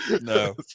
No